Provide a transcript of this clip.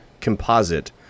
composite